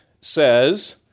says